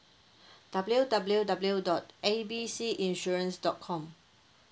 W W W dot A B C insurance dot com